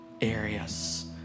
areas